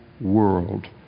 world